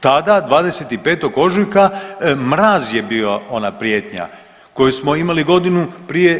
Tada 25. ožujka mraz je bio ona prijetnja koju smo imali godinu prije.